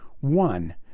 One